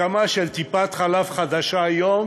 הקמה של טיפת חלב חדשה היום